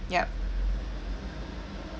yup